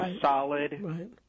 solid